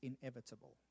inevitable